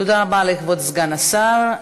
תודה רבה לכבוד סגן השר.